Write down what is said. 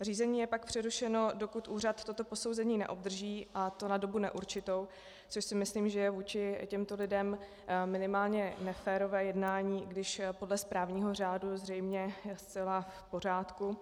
Řízení je pak přerušeno, dokud úřad toto posouzení neobdrží, a to na dobu neurčitou, což si myslím, že je vůči těmto lidem minimálně neférové jednání, i když podle správního řádu je zřejmě zcela v pořádku.